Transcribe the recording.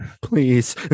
please